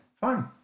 fine